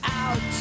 out